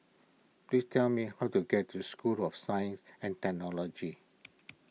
please tell me how to get to School of Science and Technology